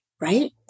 right